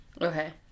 Okay